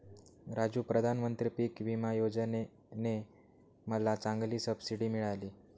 राजू प्रधानमंत्री पिक विमा योजने ने मला चांगली सबसिडी मिळाली